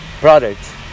products